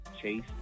Chase